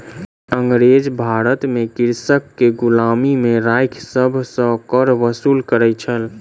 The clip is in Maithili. अँगरेज भारत में कृषक के गुलामी में राइख सभ सॅ कर वसूल करै छल